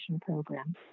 program